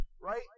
right